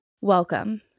Welcome